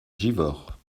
givors